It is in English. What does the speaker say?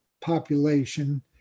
population